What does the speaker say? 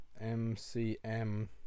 M-C-M